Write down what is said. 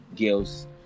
girls